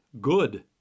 Good